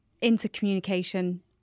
intercommunication